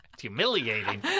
Humiliating